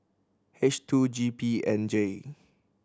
H two G P N J